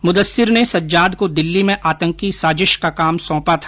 मुदस्सिर ने सज्जाद को दिल्ली में आतंकी साजिश का काम सौंपा था